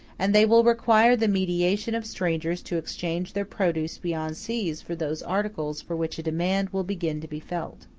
and they will require the mediation of strangers to exchange their produce beyond seas for those articles for which a demand will begin to be felt.